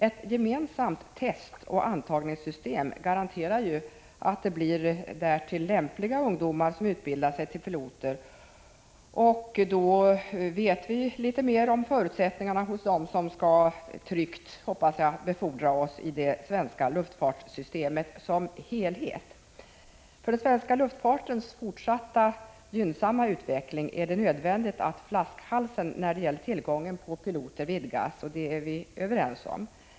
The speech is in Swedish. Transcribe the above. Ett gemensamt testoch antagningssystem garanterar ju att det blir därtill lämpliga ungdomar som utbildar sig till piloter. Då vet vi också litet mer om förutsättningarna hos dem som förhoppningsvis tryggt skall befordra oss i det svenska luftfartssystemet som helhet. För den svenska luftfartens fortsatta gynnsamma utveckling är det nödvändigt att flaskhalsen när det gäller tillgången på piloter vidgas, och det är vi överens om.